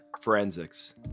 Forensics